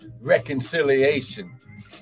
Reconciliation